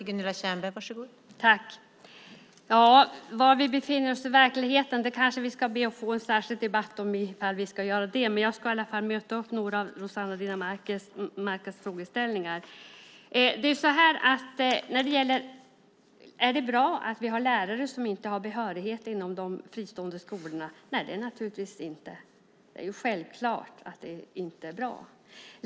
Fru talman! Ja, var vi befinner oss i verkligheten kanske vi ska be att få en särskild debatt om. Jag ska i alla fall bemöta några av Rossana Dinamarcas frågeställningar. Är det bra att man har lärare som inte har behörighet inom de fristående skolorna? Nej, det är det naturligtvis inte. Det är självklart att det inte är bra.